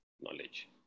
knowledge